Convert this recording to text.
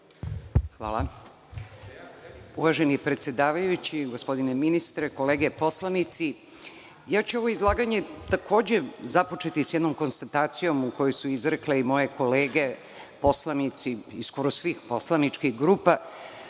Lučić** Uvaženi predsedavajući, gospodine ministre, kolege poslanici, ovo izlaganje ću započeti sa jednom konstatacijom, koju su istakle moje kolege poslanici, iz skoro svih poslaničkih grupa,